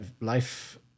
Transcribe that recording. Life